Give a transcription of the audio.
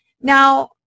Now